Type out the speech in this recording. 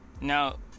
Now